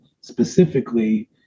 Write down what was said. specifically